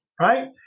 right